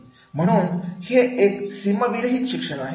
म्हणून हे एक सीमा विरहित शिक्षण आहे